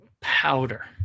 powder